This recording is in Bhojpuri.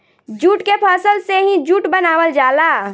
जूट के फसल से ही जूट बनावल जाला